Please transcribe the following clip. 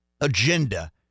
agenda